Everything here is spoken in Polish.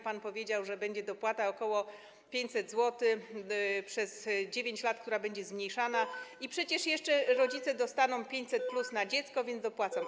Pan powiedział, że będzie dopłata w wysokości ok. 500 zł przez 9 lat, która będzie zmniejszana, i że przecież jeszcze rodzice dostaną 500+ na dziecko, więc dopłacą.